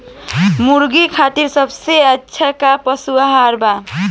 मुर्गा खातिर सबसे अच्छा का पशु आहार बा?